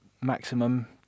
maximum